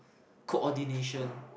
coordination